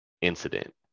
incident